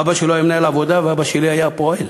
אבא שלו היה מנהל עבודה ואבא שלי היה פועל.